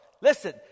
Listen